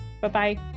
bye-bye